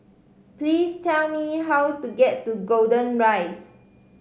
please tell me how to get to Golden Rise